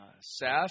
Seth